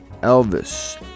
Elvis